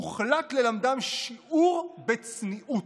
הוחלט ללמדם שיעור בצניעות,